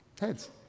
Heads